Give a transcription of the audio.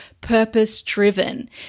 purpose-driven